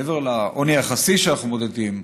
מעבר לעוני היחסי שאנחנו מודדים,